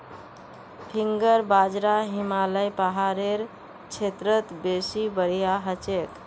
finger बाजरा हिमालय पहाड़ेर क्षेत्रत बेसी बढ़िया हछेक